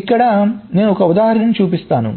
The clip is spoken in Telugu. ఇక్కడ నేను ఒక ఉదాహరణను చూపిస్తాను